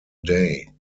day